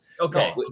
okay